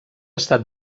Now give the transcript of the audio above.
estat